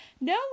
no